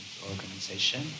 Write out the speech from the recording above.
organization